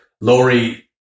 Lori